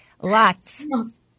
Lots